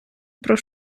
про